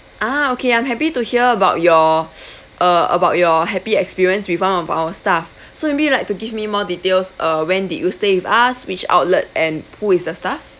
ah okay I'm happy to hear about your uh about your happy experience with one of our staff so maybe you'd like to give me more details uh when did you stay with us which outlet and who is the staff